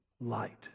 light